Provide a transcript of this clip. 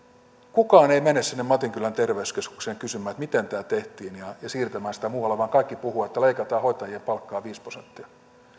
kukaan ei mene sinne matinkylän terveyskeskukseen kysymään miten tämä tehtiin ja ja siirtämään sitä muualle vaan kaikki puhuvat että leikataan hoitajien palkkaa viisi prosenttia